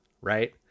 Right